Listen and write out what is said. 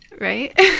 Right